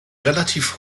relativ